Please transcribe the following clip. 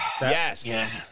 Yes